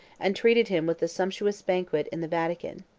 and treated him with a sumptuous banquet in the vatican.